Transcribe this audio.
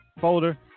folder